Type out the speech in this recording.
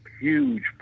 huge